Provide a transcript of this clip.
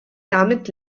damit